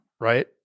Right